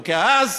כאז,